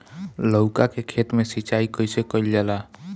लउका के खेत मे सिचाई कईसे कइल जाला?